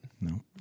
No